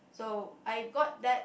so I got that